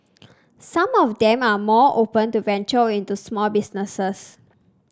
some of them are more open to venture into small businesses